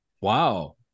wow